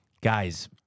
Guys